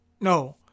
no